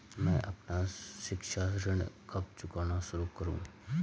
मैं अपना शिक्षा ऋण कब चुकाना शुरू करूँ?